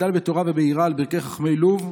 גדל בתורה וביראה על ברכי חכמי לוב,